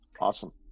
Awesome